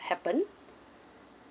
happened